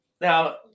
now